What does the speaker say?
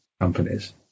companies